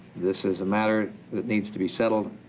this is a matter that needs to be settled